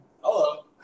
Hello